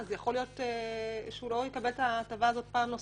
יכול להיות שהוא לא יקבל את ההטבה הזאת פעם נוספת.